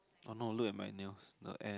oh no look at my nails the air